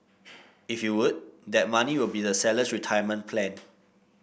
if you would that money will be the seller's retirement plan